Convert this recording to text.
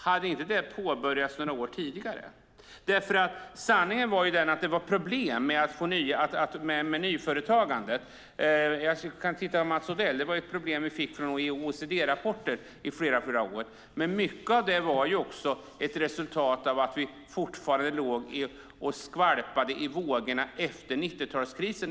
Hade inte det börjat några år tidigare? Sanningen är den att det var problem med nyföretagandet. Det var ett problem vi läste om i OECD-rapporter - jag tittar på Mats Odell - i flera år, och mycket av det berodde på att vi fortfarande låg och skvalpade i vågorna av 90-talskrisen.